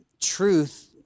truth